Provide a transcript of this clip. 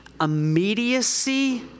immediacy